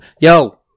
yo